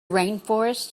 rainforests